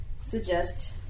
suggest